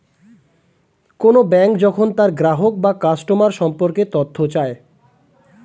কোন ব্যাঙ্ক যখন তার গ্রাহক বা কাস্টমার সম্পর্কে তথ্য চায়